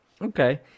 okay